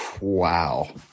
Wow